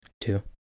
Two